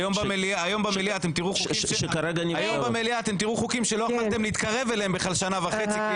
היום במליאה אתם תראו חוקים שלא יכולתם להתקרב אליהם במשך שנה וחצי.